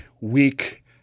weak